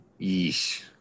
Yeesh